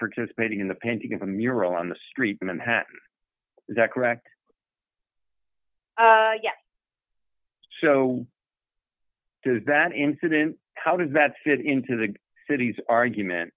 participating in the pentagon mural on the street manhattan is that correct yes so does that incident how does that fit into the city's argument